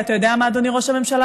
ואתה יודע מה, אדוני ראש הממשלה?